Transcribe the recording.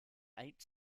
eight